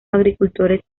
agricultores